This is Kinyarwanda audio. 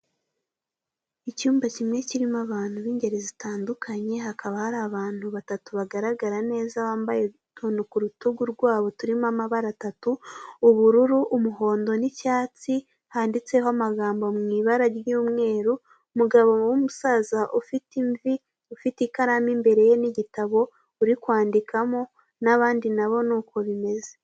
Icyumba kimwe kirimo abantu b'ingeri zitandukanye hakaba hari abantu batatu bagaragara neza bambaye utuntu ku rutugu rwabo turimo amabara atatu: ubururu, umuhondo n'icyatsi, handitseho amagambo mu ibara ry'umweru. Umugabo w'umusaza ufite imvi, ufite ikaramu imbere ye n'igitabo ari kwambaramo, n'abandi na bo ni uko bimeze.